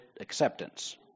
acceptance